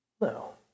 No